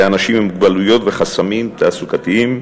לאנשים עם מוגבלויות וחסמים תעסוקתיים,